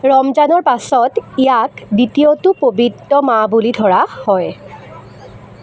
ৰমজানৰ পাছত ইয়াক দ্বিতীয়টো পবিত্ৰ মাহ বুলি ধৰা হয়